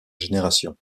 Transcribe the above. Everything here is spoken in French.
génération